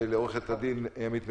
לעורכת-הדין עמית מררי,